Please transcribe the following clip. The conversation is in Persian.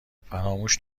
فراموش